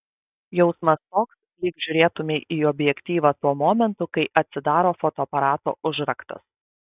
jausmas toks lyg žiūrėtumei į objektyvą tuo momentu kai atsidaro fotoaparato užraktas